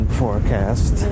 forecast